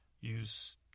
use